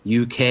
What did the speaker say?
UK